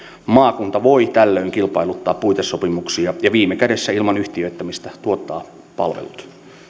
maakunta voi tällöin kilpailuttaa puitesopimuksia ja viime kädessä ilman yhtiöittämistä tuottaa palvelut